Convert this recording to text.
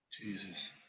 Jesus